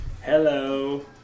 Hello